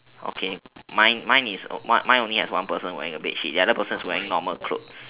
okay mine mine is mine only has one person wearing a bedsheet the other person is wearing normal clothes